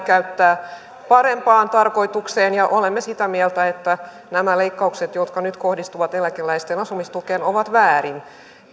käyttää parempaan tarkoitukseen ja olemme sitä mieltä että nämä leikkaukset jotka nyt kohdistuvat eläkeläisten asumistukeen ovat väärin ne